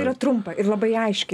yra trumpa ir labai aiški